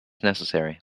necessary